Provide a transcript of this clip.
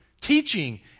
teaching